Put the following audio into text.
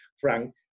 Frank